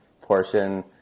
portion